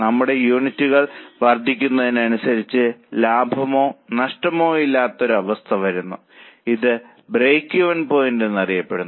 നമ്മളുടെ യൂണിറ്റുകൾ വർദ്ധിക്കുന്നതിനനുസരിച്ച് ലാഭമോ നഷ്ടമോ ഇല്ലാത്ത ഒരു അവസ്ഥ വരുന്നു അത് ബ്രേക്ക്ഈവൻ പോയിന്റ് എന്നറിയപ്പെടുന്നു